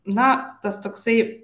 na tas toksai